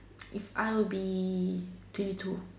if I would be twenty two